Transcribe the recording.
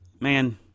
man –